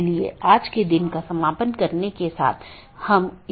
अब हम TCP IP model पर अन्य परतों को देखेंगे